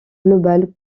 global